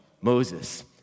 Moses